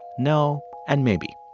no and maybe.